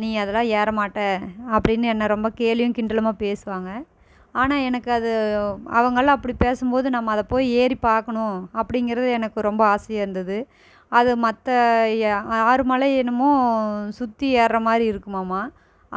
நீ அதெல்லாம் ஏற மாட்ட அப்படினு என்ன ரொம்ப கேலியும் கிண்டலுமாக பேசுவாங்க ஆனால் எனக்கு அது அவங்கலாம் அப்படி பேசும் போது நம்ம அதை போய் ஏறி பார்க்கணும் அப்படிங்குறது எனக்கு ரொம்ப ஆசையாகருந்துது அது மற்ற ஆறு மலை என்னமோ சுற்றி ஏறுற மாதிரி இருக்குமாமா